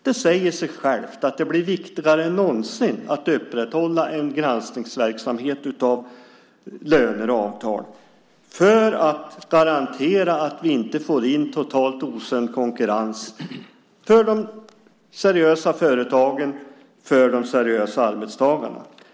Det säger sig självt att det blir viktigare än någonsin att upprätthålla en granskningsverksamhet av löner och avtal för att garantera att vi inte får en totalt osund konkurrens för de seriösa företagen och de seriösa arbetstagarna.